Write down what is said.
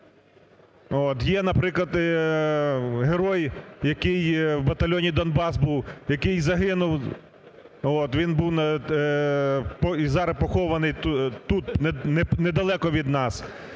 Є, наприклад, герой, який в батальйоні "Донбас" був, який загинув. Він був і зараз похований тут, не далеко від нас,